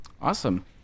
Awesome